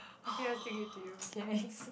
I keep on sticking to you K next